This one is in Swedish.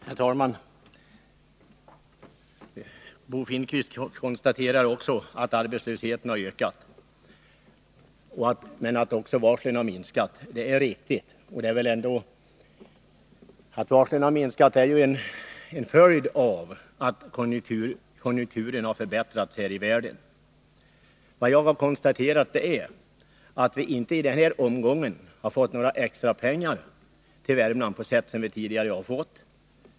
Herr talman! Också Bo Finnkvist konstaterar att arbetslösheten har ökat. Han pekar samtidigt på att varslen har minskat, och det är riktigt. Men detta är ju en följd av att konjunkturen i världen har förbättrats. Det jag konstaterat är att vi i den här omgången inte har fått några extra pengar till Värmland, vilket vi tidigare har fått.